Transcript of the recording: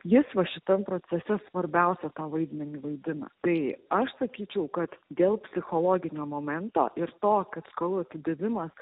jis va šitam procese svarbiausia tą vaidmenį vaidina tai aš sakyčiau kad dėl psichologinio momento ir to kad skolų atidavimas